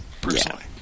personally